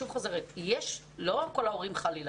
"תחולה הוראות חוק זה יחולו לעניין